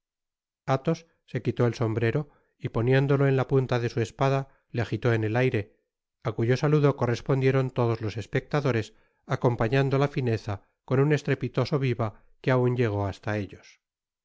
athos se quitó el sombrero y poniéndolo en la punta de su espada le agitó en el aire ácuyo saludo correspondieron todos los espectadores acompañando la fineza con un estrepitoso viva que aun llegó hasta ellos